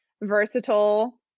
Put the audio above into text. versatile